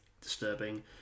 disturbing